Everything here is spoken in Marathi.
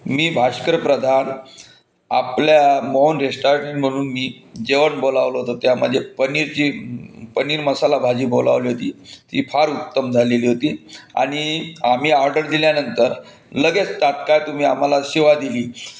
मी भाष्कर प्रधान आपल्या मोहन रेस्टॉरंटमधून मी जेवण बोलावलं होतं त्यामध्ये पनीरची पनीर मसाला भाजी बोलावली होती ती फार उत्तम झालेली होती आणि आम्ही ऑर्डर दिल्यानंतर लगेच तात्काळ तुम्ही आम्हाला सेवा दिली